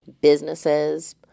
businesses